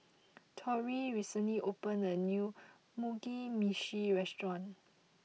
Torrie recently opened a new Mugi Meshi restaurant